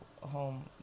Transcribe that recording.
home